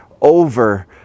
over